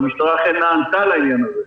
והמשטרה אכן נענתה לעניין הזה.